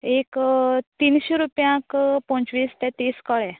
एक तीनशीं रुपयांक पंचवीस ते तीस कळ्ळें